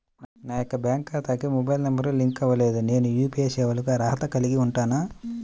నా యొక్క బ్యాంక్ ఖాతాకి మొబైల్ నంబర్ లింక్ అవ్వలేదు నేను యూ.పీ.ఐ సేవలకు అర్హత కలిగి ఉంటానా?